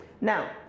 Now